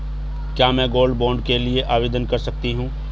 क्या मैं gold bond के लिए आवेदन दे सकती हूँ?